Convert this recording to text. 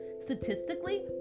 statistically